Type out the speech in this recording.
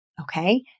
Okay